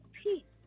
peace